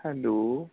hello